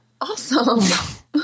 awesome